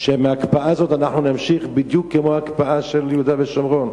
ההקפאה הזאת אנחנו נמשיך בדיוק כמו ההקפאה של יהודה ושומרון,